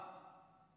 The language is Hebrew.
שבעה